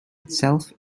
itself